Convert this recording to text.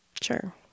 Sure